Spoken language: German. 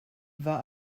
war